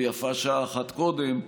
ויפה שעה אחת קודם,